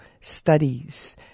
studies